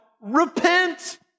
repent